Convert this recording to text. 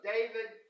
David